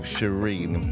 Shireen